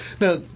Now